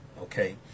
Okay